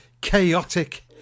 chaotic